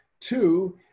Two